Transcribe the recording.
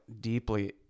deeply